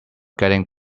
getting